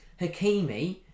Hakimi